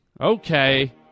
Okay